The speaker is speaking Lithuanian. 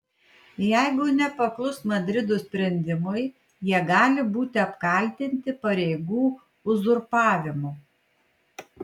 jeigu nepaklus madrido sprendimui jie gali būti apkaltinti pareigų uzurpavimu